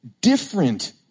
Different